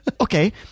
Okay